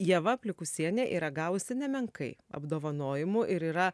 ieva plikusienė yra gavusi nemenkai apdovanojimų ir yra